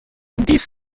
dix